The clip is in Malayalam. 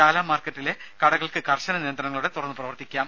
ചാല മാർക്കറ്റിലെ കടകൾക്ക് കർശന നിയന്ത്രണങ്ങളോടെ തുറന്നു പ്രവർത്തിക്കാം